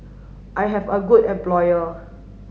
I have a good employer